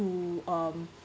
to um